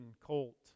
colt